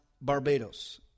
Barbados